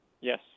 Yes